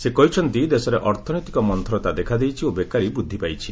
ସେ କହିଛନ୍ତି ଦେଶରେ ଅର୍ଥନୈତିକ ମନ୍ତୁରତା ଦେଖାଦେଇଛି ଓ ବେକାରୀ ବୃଦ୍ଧି ପାଇଛି